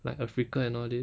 like africa and all these